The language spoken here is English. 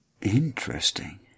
Interesting